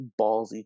ballsy